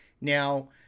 Now